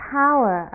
power